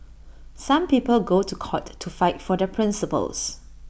some people go to court to fight for their principles